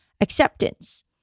acceptance